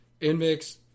Inmix